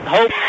Hope